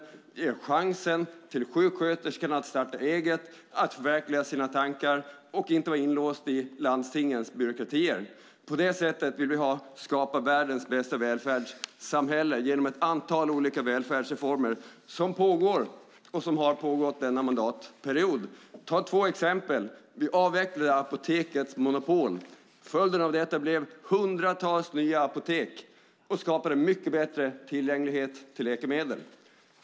Vi ger sjuksköterskor chansen att starta eget, att förverkliga sina tankar och inte vara inlåsta i landstingens byråkratier. På det sättet vill vi skapa världens bästa välfärdssamhälle genom ett antal olika välfärdsreformer som pågår och som har pågått denna mandatperiod. Låt mig ta två exempel. Vi avvecklade apoteksmonopolet. Följden av detta blev hundratals nya apotek, vilket skapade mycket tillgänglighet till läkemedel.